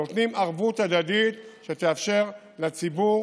ונותנים ערבות הדדית שתאפשר לציבור